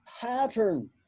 pattern